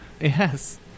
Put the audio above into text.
Yes